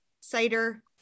cider